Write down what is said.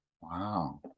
Wow